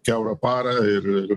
kiaurą parą ir ir